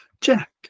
Jack